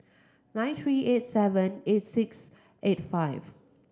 nine three eight seven eight six eight five